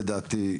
לדעתי,